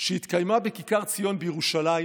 שהתקיימה בכיכר ציון בירושלים